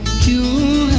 to